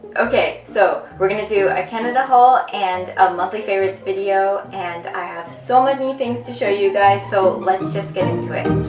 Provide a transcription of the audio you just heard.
ok so, we're going to do a canada haul and a monthly favourites video and i have so many things to show you guys so let's just get into it!